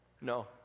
no